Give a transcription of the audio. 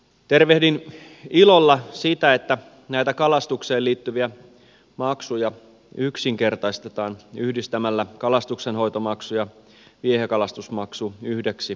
tervehdin ilolla sitä että näitä kalastukseen liittyviä maksuja yksinkertaistetaan yhdistämällä kalastuksenhoitomaksu ja viehekalastusmaksu yhdeksi maksuksi